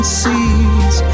seas